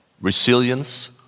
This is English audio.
Resilience